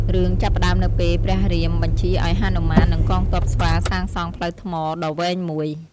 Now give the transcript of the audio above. រឿងចាប់ផ្ដើមនៅពេលព្រះរាមបញ្ជាឲ្យហនុមាននិងកងទ័ពស្វាសាងសង់ផ្លូវថ្មដ៏វែងមួយ។